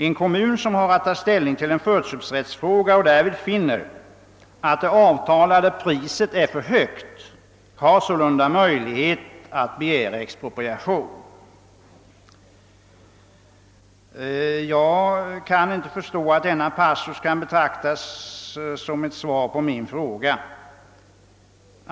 En kommun som har att ta ställning till en förköpsrättsfråga och därvid finner, att det av talade priset är för högt, har sålunda möjligheten att begära expropriation.» Jag kan inte förstå att denna passus kan betraktas som ett svar på min fråga.